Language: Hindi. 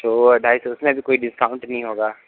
तो ढाई सौ उसमें भी कोई डिस्काउंट नहीं होगा